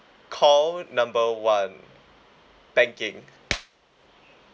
call number one banking